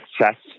Success